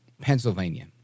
Pennsylvania